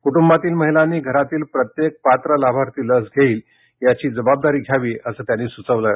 कुटुंबातील महिलांनी घरातील प्रत्येक पात्र लाभार्थी लस घेईल यांची जबाबदारी घ्यावी असं त्यांनी म्हटलं आहे